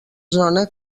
zona